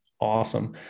awesome